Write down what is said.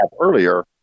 earlier